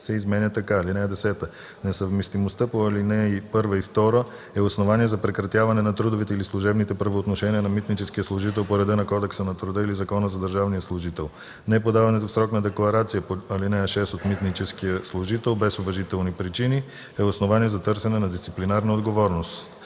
се изменя така: „(10) Несъвместимостта по ал. 1 и 2 е основание за прекратяване на трудовите или служебните правоотношения на митническия служител по реда на Кодекса на труда или на Закона за държавния служител. Неподаването в срок на декларация по ал. 6 от митническия служител без уважителни причини е основание за търсене на дисциплинарна отговорност.“